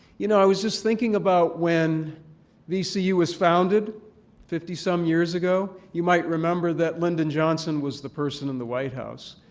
you know i was just thinking about when vcu was founded fifty some years ago. you might remember that lyndon johnson was the person in the white house.